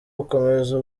gukomeza